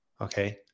Okay